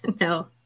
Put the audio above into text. No